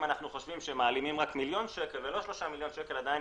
אנחנו חושבים שמעלימים רק מיליון שקל ולא 3 מיליון שקל עדיין